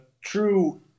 true